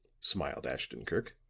smiled ashton-kirk.